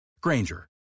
Granger